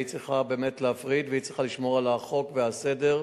והיא צריכה באמת להפריד והיא צריכה לשמור על החוק והסדר,